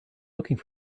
looking